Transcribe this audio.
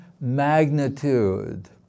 Magnitude